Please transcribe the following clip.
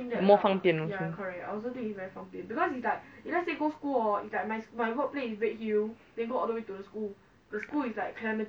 more 放便 also